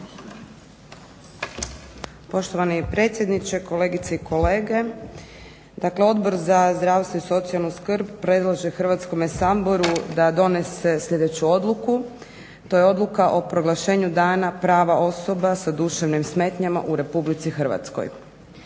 Poštovani predsjedniče, kolegice i kolege. Dakle, Odbor za zdravstvo i socijalnu skrb predlaže Hrvatskome saboru da donese sljedeću odluku, to je Odluka o proglašenju "Dana prava osoba s duševnim smetnjama" u Republici Hrvatskoj